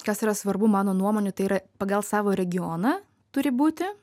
kas yra svarbu mano nuomone tai yra pagal savo regioną turi būti